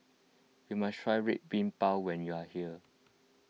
you must try Red Bean Bao when you are here